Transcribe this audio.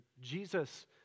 Jesus